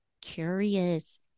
curious